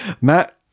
Matt